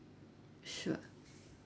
sure